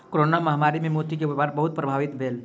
corona महामारी मे मोती के व्यापार बहुत प्रभावित भेल